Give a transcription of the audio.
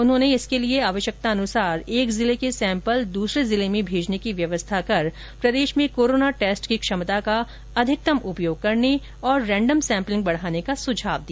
उन्होंने इसके लिए आवश्यकतानुसार एक जिले के सैम्पल दूसरे जिले में भेजने की व्यवस्था कर प्रदेश में कोरोना टेस्ट की क्षमता का अधिकतम उपयोग करने और रैन्डम सैम्पलिंग बढ़ाने का सुझाव दिया